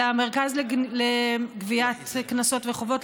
למרכז לגביית קנסות וחובות,